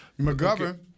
McGovern